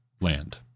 land